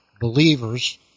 believers